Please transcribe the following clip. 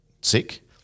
sick